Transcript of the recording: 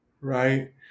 right